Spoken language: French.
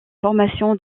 formation